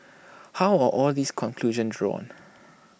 how are all these conclusions drawn